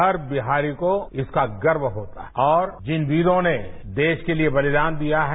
हर बिहारी को इसका गर्व होता है और जिन वीरों ने देश के लिए बलिदान दिया है